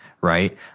right